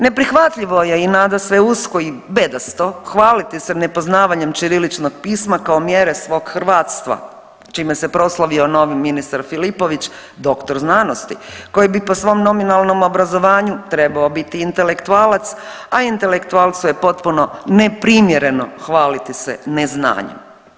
Neprihvatljivo je i nadasve usko i bedasto hvaliti se nepoznavanjem ćiriličkog pisma kao mjere svog hrvatstva čime se proslavio novi ministar Filipović, doktor znanosti koji bi po svom nominalnom obrazovanju trebao biti intelektualac, a intelektualcu je potpuno neprimjereno hvaliti se neznanjem.